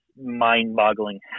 mind-boggling